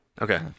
Okay